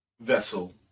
vessel